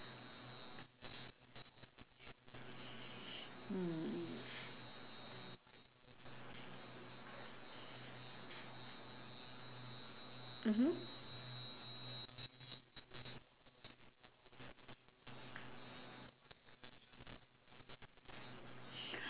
mm mmhmm